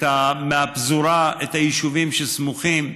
מהפזורה את היישובים שסמוכים,